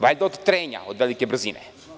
Valjda od trenja, od velike brzine.